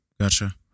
Gotcha